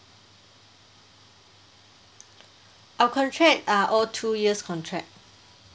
our contract are all two years contract